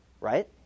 right